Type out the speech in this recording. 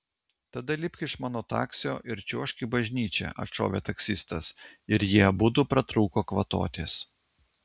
tada lipk iš mano taksio ir čiuožk į bažnyčią atšovė taksistas ir jie abudu pratrūko kvatotis